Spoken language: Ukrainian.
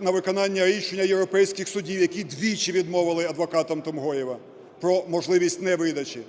на виконання рішення європейських судів, які двічі відмовили адвокатам Тумгоєва про можливість невидачі.